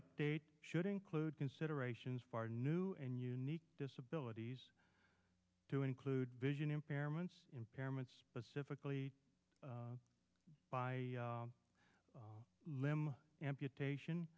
update should include considerations for new and unique disabilities to include vision impairment impairments specifically by limb amputation